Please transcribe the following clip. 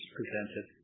presented